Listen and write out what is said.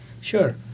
Sure